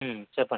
చెప్పండి